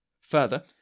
Further